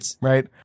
right